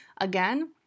again